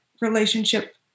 relationship